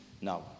now